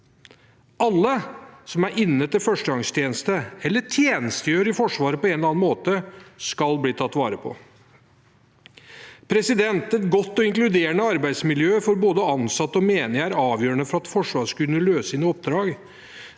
Alle som er inne til førstegangstjeneste eller tjenestegjør i Forsvaret på en eller annen måte, skal bli tatt vare på. Et godt og inkluderende arbeidsmiljø for både ansatte og menige er avgjørende for at Forsvaret skal kunne løse sine oppdrag.